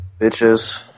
Bitches